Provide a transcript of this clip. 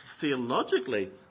theologically